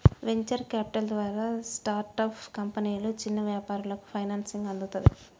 venture capital ద్వారా startup కంపెనీలు, చిన్న వ్యాపారాలకు ఫైనాన్సింగ్ అందుతది